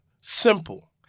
Simple